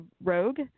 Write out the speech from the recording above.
rogue